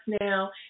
now